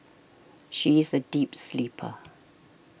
she is a deep sleeper